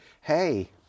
Hey